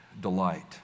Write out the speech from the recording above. delight